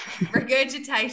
Regurgitation